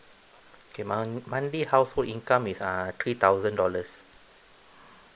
okay month monthly household income is uh three thousand dollars